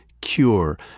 cure